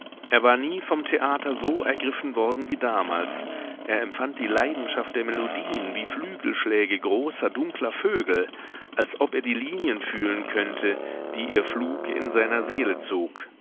er war nie vom theater so ergriffen worden wie damals er empfand die leidenschaft der melodien wie flügelschläge großer dunkler vögel als ob er die linien fühlen könnte die ihr flug in seiner seele zog